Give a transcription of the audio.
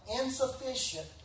insufficient